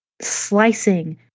slicing